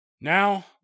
now